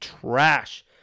trash